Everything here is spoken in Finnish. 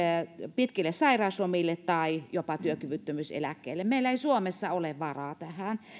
pitkille sairauslomille tai jopa työkyvyttömyyseläkkeelle meillä ei suomessa ole varaa tähän